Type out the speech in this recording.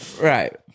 right